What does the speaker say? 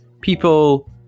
people